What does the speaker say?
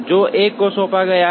जो 1 सौंपा गया है